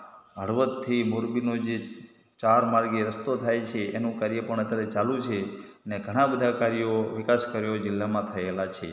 હળવદથી મોરબીનો જે ચાર માર્ગીય રસ્તો થાય છે એનું કાર્ય પણ અત્યારે ચાલું છે અને ઘણાં બધા કાર્યો વિકાસ કાર્યો જિલ્લામાં થયેલાં છે